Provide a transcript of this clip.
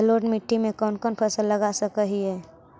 जलोढ़ मिट्टी में कौन कौन फसल लगा सक हिय?